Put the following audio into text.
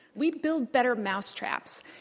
we build better mouse traps.